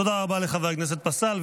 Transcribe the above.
תודה רבה לחבר הכנסת פסל.